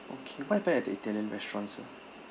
okay what happened at the italian restaurant sir